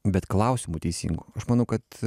bet klausimų teisingų aš manau kad